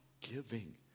giving